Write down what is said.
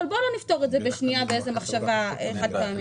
אבל בוא לא נפתור את זה בשנייה במחשבה חד פעמית.